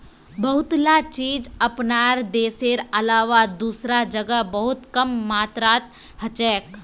बहुतला चीज अपनार देशेर अलावा दूसरा जगह बहुत कम मात्रात हछेक